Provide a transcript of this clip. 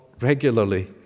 regularly